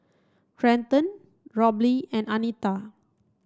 Trenten Robley and Anita